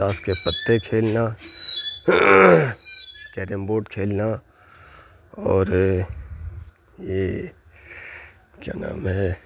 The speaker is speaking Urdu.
تاش کے پتے کھیلنا کیرم بورڈ کھیلنا اور یہ کیا نام ہے